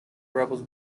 rebels